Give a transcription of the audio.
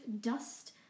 dust